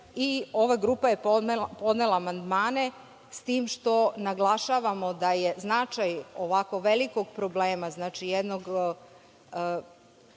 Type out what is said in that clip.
i ova grupa je podnela amandmane, s tim što naglašavamo da je značaj ovako velikog problema, znači jednog